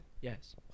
Yes